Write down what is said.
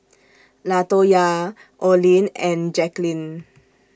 Latoyia Olin and Jacklyn